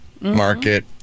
Market